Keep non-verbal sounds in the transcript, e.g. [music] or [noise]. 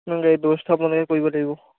ma'am গাড়ীৰ [unintelligible] আপোনালোকে কৰিব লাগিব